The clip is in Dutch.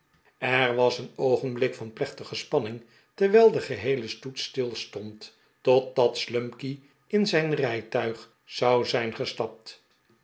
er was een oogenblik van plechtige spanning terwijl de geheele stoet stilstond tofdat slumkey in zijn rijtuig zou zijn gestapt